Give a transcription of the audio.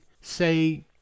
say